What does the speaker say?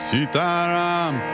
Sitaram